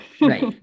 Right